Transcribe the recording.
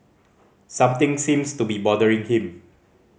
something seems to be bothering him